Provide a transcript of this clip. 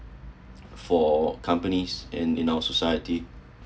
for companies and you know society